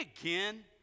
again